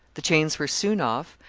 the chains were soon off,